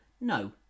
No